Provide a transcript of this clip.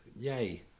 yay